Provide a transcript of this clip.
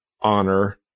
honor